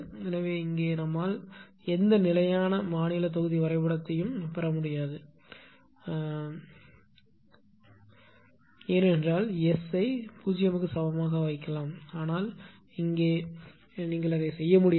எனவே இங்கே நம்மால் எந்த நிலையான மாநிலத் தொகுதி வரைபடத்தையும் பெற முடியாது ஏனென்றால் S ஐ 0 க்கு சமமாக வைக்கலாம் ஆனால் இங்கே நீங்கள் அதை செய்ய முடியாது